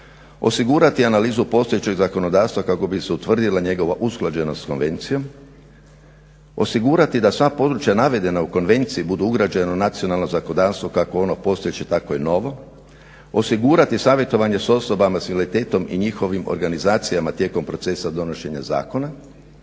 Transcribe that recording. osigurati analizu postojećeg zakonodavstva kako bi se utvrdile njegova usklađenost s konvencijom, osigurati da sva područja navedena u Konvenciji budu ugrađena u nacionalno zakonodavstvo kako ono postojeće tako i ono novo, osigurati savjetovanje osoba s invaliditetom i njihovim organizacijama tijekom procesa donošenja zakona,